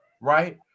right